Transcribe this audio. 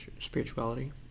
spirituality